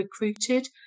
recruited